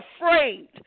afraid